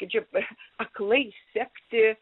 kaip čia pa aklai sekti